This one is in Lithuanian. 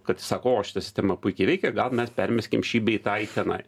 kad sako o šita sistema puikiai veikia gal mes permeskim šį bei tą į tenai